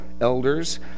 elders